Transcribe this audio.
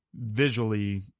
visually